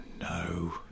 no